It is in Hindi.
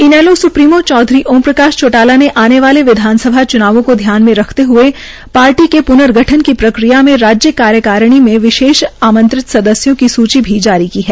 इनेलो स्प्रीमो चौधरी ओमप्रकाश चौटाला ने आने वाले विधानसभा च्नावों को ध्यान में रखते हए पार्टी के प्नर्गठन की प्रक्रिया में राज्य कार्यकारिणी में विशेष आमंत्रित सदस्यों की सूची भी जारी की है